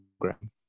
program